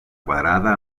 quadrada